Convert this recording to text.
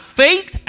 faith